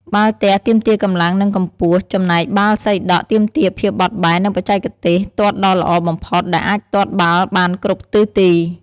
បាល់ទះទាមទារកម្លាំង និងកម្ពស់ ចំណែកបាល់សីដក់ទាមទារភាពបត់បែន និងបច្ចេកទេសទាត់ដ៏ល្អបំផុតដែលអាចទាត់បាល់បានគ្រប់ទិសទី។